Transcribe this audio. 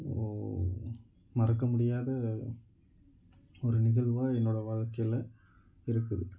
மறக்கமுடியாத ஒரு நிகழ்வாக என்னோடய வாழ்க்கையில் இருக்குது